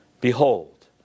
behold